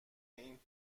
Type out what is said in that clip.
این